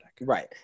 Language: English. Right